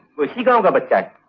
when he grows up,